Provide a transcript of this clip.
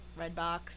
Redbox